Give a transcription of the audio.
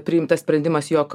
priimtas sprendimas jog